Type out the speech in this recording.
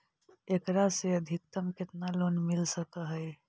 एकरा से अधिकतम केतना लोन मिल सक हइ?